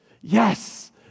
Yes